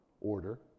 order